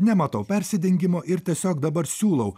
nematau persidengimo ir tiesiog dabar siūlau